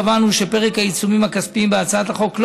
קבענו שפרק העיצומים הכספיים בהצעת החוק לא